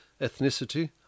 ethnicity